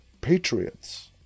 patriots